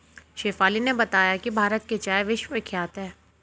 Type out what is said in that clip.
शेफाली ने बताया कि भारत की चाय विश्वविख्यात है